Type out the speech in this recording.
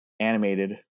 animated